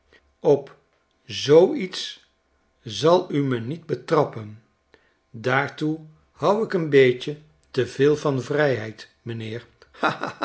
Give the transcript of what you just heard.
op zoo iets zal u me niet betrappen daartoe hou ik n beetje te veel van vrijheid m'nheer